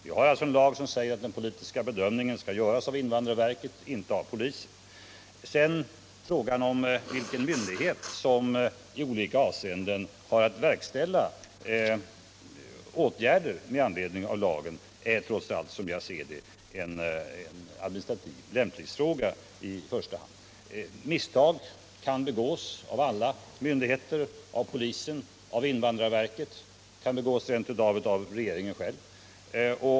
Vi har alltså en lag som säger att den politiska bedömningen skall göras av invandrarverket, inte av polisen. Frågan om vilken myndighet som i olika avseenden har att verkställa åtgärder med anledning av lagen är trots allt, som jag ser det, en administrativ lämplighetsfråga i första hand. Misstag kan begås av alla myndigheter — av polisen, av invandrarverket, rent av av regeringen själv.